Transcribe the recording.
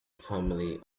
family